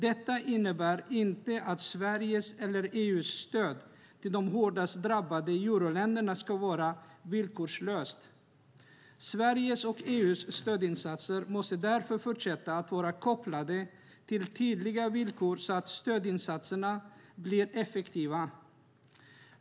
Detta innebär inte att Sveriges eller EU:s stöd till de hårdast drabbade euroländerna ska vara villkorslöst. Sveriges och EU:s stödinsatser måste därför fortsätta att vara kopplade till tydliga villkor så att stödinsatserna blir effektiva.